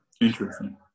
Interesting